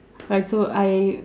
right so I